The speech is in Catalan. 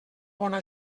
bona